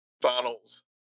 finals